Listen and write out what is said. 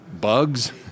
bugs